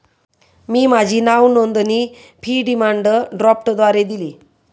मी माझी नावनोंदणी fee demand ड्राफ्टद्वारे दिली